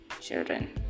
children